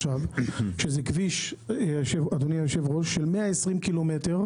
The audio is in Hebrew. שזה כביש של 120 קילומטר.